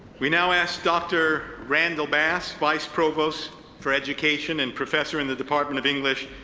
we now ask dr. randall bass, vice provost for education and professor in the department of english,